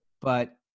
But-